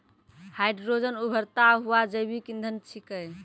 hydrogen उभरता हुआ जैविक इंधन छिकै